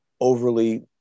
overly